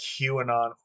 QAnon